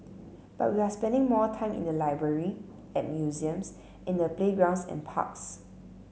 but we are spending more time in the library at museums in the playgrounds and parks